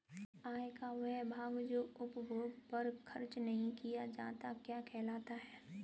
आय का वह भाग जो उपभोग पर खर्च नही किया जाता क्या कहलाता है?